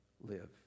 live